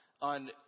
on